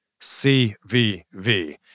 CVV